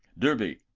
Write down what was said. derby,